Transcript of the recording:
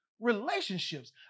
relationships